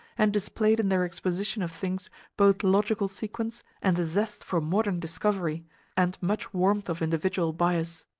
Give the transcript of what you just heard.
and displayed in their exposition of things both logical sequence and a zest for modern discovery and much warmth of individual bias.